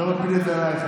לא מפיל את זה עלייך.